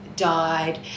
died